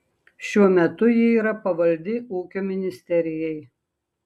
šiuo metu ji yra pavaldi ūkio ministerijai